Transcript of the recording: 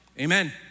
amen